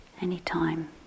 anytime